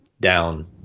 down